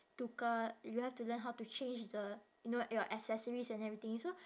tukar you have to learn how to change the you know your accessories and everything so